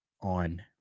on